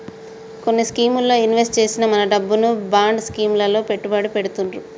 కొన్ని స్కీముల్లో ఇన్వెస్ట్ చేసిన మన డబ్బును బాండ్ స్కీం లలో పెట్టుబడి పెడతుర్రు